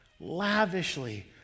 lavishly